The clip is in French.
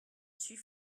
suis